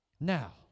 Now